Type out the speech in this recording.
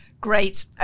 Great